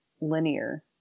linear